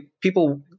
people